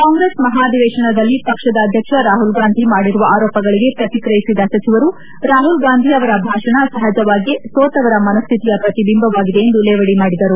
ಕಾಂಗ್ರೆಸ್ ಮಹಾಧಿವೇಶನದಲ್ಲಿ ಪಕ್ಷದ ಅಧ್ಯಕ್ಷ ರಾಹುಲ್ ಗಾಂಧಿ ಮಾಡಿರುವ ಆರೋಪಗಳಿಗೆ ಪ್ರತಿಕ್ರಿಯಿಸಿದ ಸಚಿವರು ರಾಹುಲ್ ಗಾಂಧಿ ಅವರ ಭಾಷಣ ಸಹಜವಾಗಿಯೇ ಸೋತವರ ಮನಸ್ನಿತಿಯ ಪ್ರತಿಬಿಂಬವಾಗಿದೆ ಎಂದು ಲೇವಡಿ ಮಾಡಿದರು